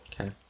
Okay